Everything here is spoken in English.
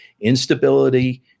instability